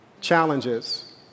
challenges